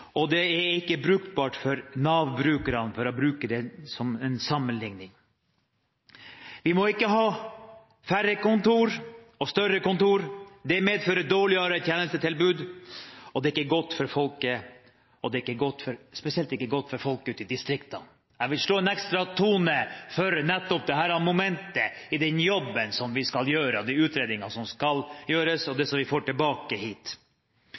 og det er ikke brukbart for Nav-brukerne – for å bruke det som en sammenlikning. Vi må ikke ha færre kontor og større kontor. Det medfører dårligere tjenestetilbud, det er ikke godt for folket, og det er spesielt ikke godt for folk ute i distriktene. Jeg vil slå en ekstra tone for nettopp dette momentet i den jobben vi skal gjøre, og de utredningene som skal gjøres, og det vi får tilbake hit.